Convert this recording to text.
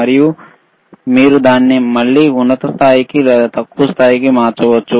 మరియు మీరు దాన్ని మళ్ళీ ఉన్నత స్థాయికి లేదా తక్కువ స్థాయికి మార్చవచ్చు